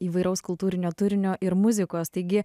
įvairaus kultūrinio turinio ir muzikos taigi